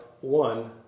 one